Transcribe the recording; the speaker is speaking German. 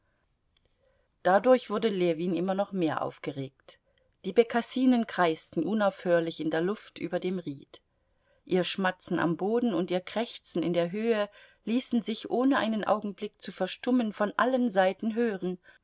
dadurch wurde ljewin immer noch mehr aufgeregt die bekassinen kreisten unaufhörlich in der luft über dem ried ihr schmatzen am boden und ihr krächzen in der höhe ließen sich ohne einen augenblick zu verstummen von allen seiten hören